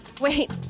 Wait